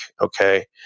okay